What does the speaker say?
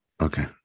Okay